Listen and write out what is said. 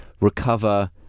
recover